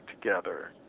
together